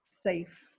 safe